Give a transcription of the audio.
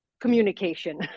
communication